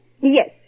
Yes